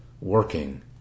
working